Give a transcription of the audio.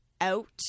out